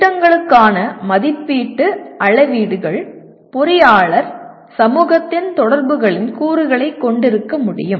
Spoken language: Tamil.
திட்டங்களுக்கான மதிப்பீட்டு அளவீடுகள் பொறியாளர் சமூகத்தின் தொடர்புகளின் கூறுகளை கொண்டிருக்க முடியும்